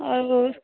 आओर ओ